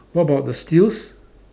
what about the stills